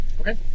okay